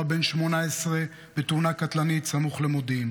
בן 18 בתאונה קטלנית סמוך למודיעין,